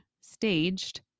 staged